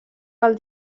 pel